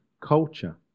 culture